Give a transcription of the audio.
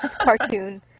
cartoon